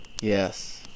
Yes